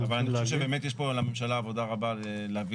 אבל אני חושב שבאמת יש פה לממשלה עבודה רבה להביא